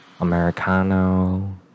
americano